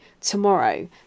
tomorrow